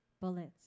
Bullets